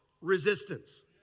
resistance